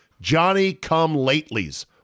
Johnny-come-latelys